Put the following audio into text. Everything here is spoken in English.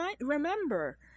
remember